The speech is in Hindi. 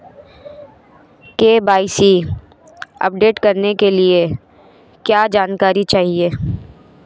के.वाई.सी अपडेट करने के लिए क्या जानकारी चाहिए?